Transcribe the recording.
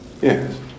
Yes